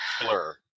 blur